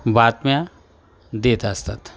बातम्या देत असतात